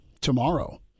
tomorrow